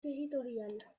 territoriales